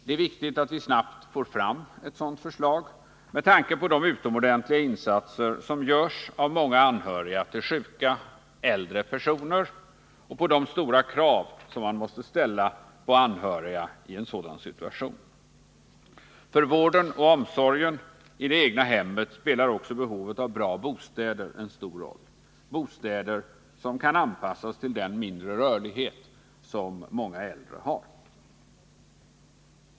Det är viktigt att vi snabbt får fram ett sådant förslag, med tanke på de utomordentiiga insatser som görs av många anhöriga till sjuka äldre personer och de stora krav som man måste ställa på anhöriga i en sådan situation. För vården och omsorgen i det egna hemmet spelar också behovet av bra bostäder en stor roll, bl.a. bostäder som kan anpassas till den mindre rörlighet som många äldre har.